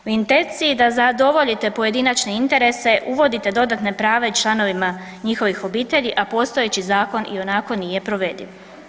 U intenciji da zadovoljite pojedinačne interese uvodite dodatna prava i članovima njihovih obitelji, a postojeći zakon ionako nije provediv.